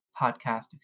podcast